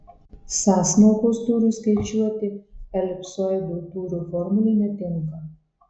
sąsmaukos tūriui skaičiuoti elipsoido tūrio formulė netinka